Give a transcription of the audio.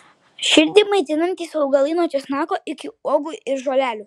širdį maitinantys augalai nuo česnako iki uogų ir žolelių